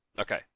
okay